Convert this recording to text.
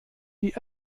die